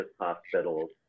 hospitals